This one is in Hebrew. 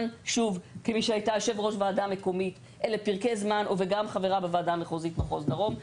וכמי שהייתה יושב ראש ועדה מקומית וגם חברה בוועדה המחוזית מחוז דרום,